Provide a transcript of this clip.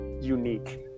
unique